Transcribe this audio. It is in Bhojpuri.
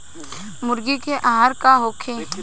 मुर्गी के आहार का होखे?